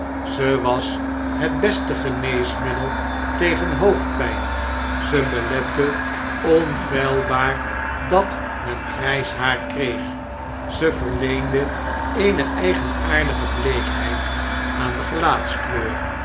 ze was het beste geneesmiddel tegen hoofdpn'n ze belette onfeilbaar dat men grh's haar kreeg ze verleende eene eigenaardige bleekheid aan de